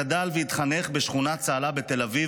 גדל והתחנך בשכונת צהלה בתל אביב,